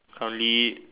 currently